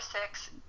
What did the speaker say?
six